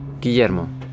Guillermo